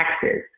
taxes